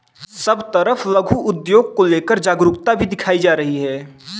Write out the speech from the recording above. सब तरफ लघु उद्योग को लेकर जागरूकता भी दिखाई जा रही है